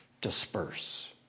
disperse